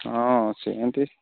ହଁ ସେମିତି